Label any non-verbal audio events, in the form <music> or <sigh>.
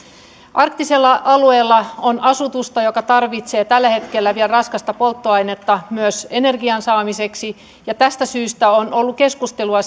arktisella alueella on asutusta joka tarvitsee tällä hetkellä vielä raskasta polttoainetta myös energian saamiseksi ja tästä syystä on ollut keskustelua <unintelligible>